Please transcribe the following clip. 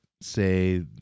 say